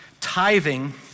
Tithing